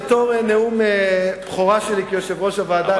בתור נאום בכורה שלי כיושב-ראש הוועדה,